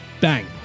Bang